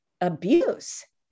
abuse